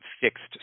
fixed